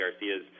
Garcia's